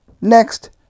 Next